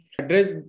address